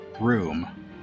room